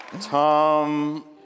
Tom